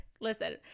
listen